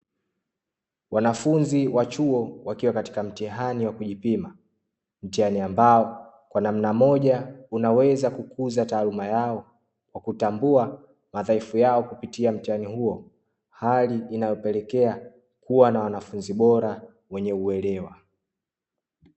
Wanafunzi wa chuo wakiwa katika mtihani wa kujipima, mtihani ambao kwa namna moja unaweza kukuza taaluma yao kwa kutambua madhaifu yao kupitia mtaihani huo. Hali inayopelekea kuwa na wanafunzi bora wenye uwelewa.